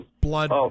Blood